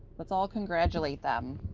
let's all congratulate them.